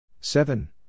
seven